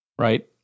right